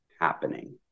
happening